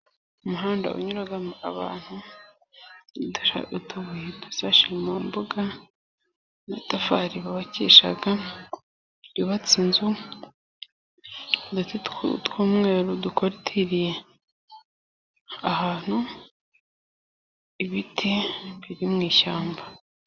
Umuhanda unyuramo abantu .Utubuye dusashe mu mbuga n'amatafari bubakisha yubatse inzu ndetse tw'umweru dukorotiriye ;ahantu ibiti biri mu ishyamba.